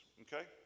okay